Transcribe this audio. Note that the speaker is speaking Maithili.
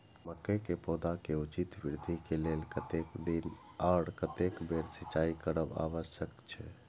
मके के पौधा के उचित वृद्धि के लेल कतेक दिन आर कतेक बेर सिंचाई करब आवश्यक छे?